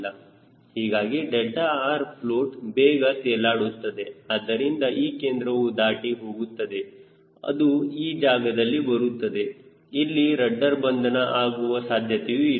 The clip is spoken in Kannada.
ಹೀಗಾಗಿ rfloat ಬೇಗ ತೇಲಾಡುತ್ತದೆ ಅದರಿಂದ ಈ ಕೇಂದ್ರವು ದಾಟಿ ಹೋಗುತ್ತದೆ ಅದು ಈ ಜಾಗದಲ್ಲಿ ಬರುತ್ತದೆ ಇಲ್ಲಿ ರಡ್ಡರ್ ಬಂಧನ ಆಗುವ ಸಾಧ್ಯತೆಯೂ ಇದೆ